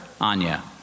Anya